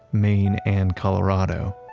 maine, and colorado.